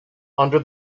under